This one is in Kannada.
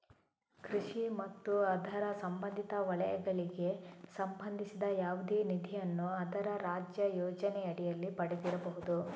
ಕೃಷಿ ಮತ್ತು ಅದರ ಸಂಬಂಧಿತ ವಲಯಗಳಿಗೆ ಸಂಬಂಧಿಸಿದ ಯಾವುದೇ ನಿಧಿಯನ್ನು ಅದರ ರಾಜ್ಯ ಯೋಜನೆಯಡಿಯಲ್ಲಿ ಪಡೆದಿರಬಹುದು